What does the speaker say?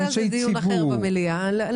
כשאתה מסביר לי, אני מתחיל